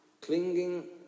clinging